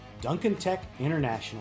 DuncanTechInternational